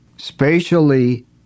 Spatially